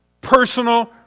personal